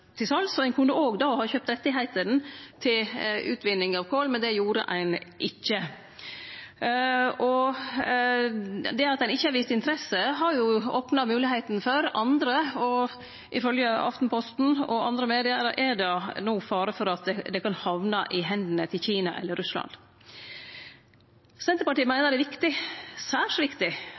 til sals. Ein kunne då òg ha kjøpt rettane til utvinning av kol, men det gjorde ein ikkje. Det at ein ikkje har vist interesse, har opna moglegheita for andre, og ifølgje Aftenposten og andre media er det no fare for at det kan hamne i hendene til Kina eller Russland. Senterpartiet meiner det er viktig, særs viktig,